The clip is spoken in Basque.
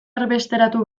erbesteratu